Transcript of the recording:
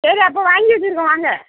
சரி அப்போ வாங்கி வச்சுயிருக்கேன் வாங்க